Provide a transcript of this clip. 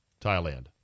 Thailand